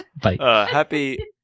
happy